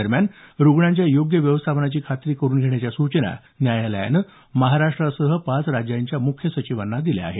दरम्यान रुग्णांच्या योग्य व्यवस्थापनाची खात्री करून घेण्याच्या सूचना न्यायालयानं महाराष्ट्रासह पाच राज्यांच्या मुख्य सचिवांना दिल्या आहेत